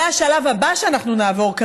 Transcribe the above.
זה השלב הבא שאנחנו נעבור,